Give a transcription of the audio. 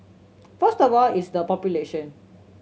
first of all it's the population